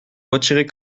retirer